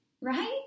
right